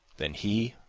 then he,